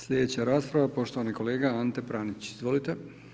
Sljedeća rasprava, poštovani kolega Ante Pranić, izvolite.